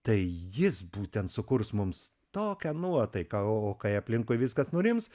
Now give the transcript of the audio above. tai jis būtent sukurs mums tokią nuotaiką o kai aplinkui viskas nurims